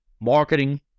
marketing